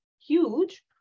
huge